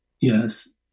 Yes